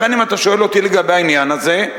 לכן אם אתה שואל אותי לגבי העניין הזה,